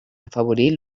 afavorir